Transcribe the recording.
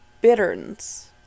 bitterns